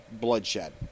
bloodshed